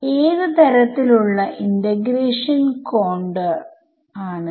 ഇത് ഈ മൂന്ന് പോയിന്റിലും ഉള്ള പ്രവർത്തന വിലയിരുത്തലിന്റെ സംയോജനം ആണ്